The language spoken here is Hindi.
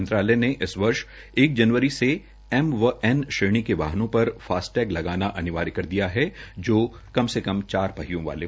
मंत्रालय ने इस वर्ष पहली जनवरी से एम व एन श्रेणी के वाहनों पर फास्टैग लगाना अनिवार्य कर दिया है जो कम से कम पहियों वाले